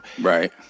Right